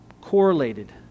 correlated